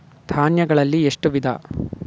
ಧಾನ್ಯಗಳಲ್ಲಿ ಎಷ್ಟು ವಿಧ?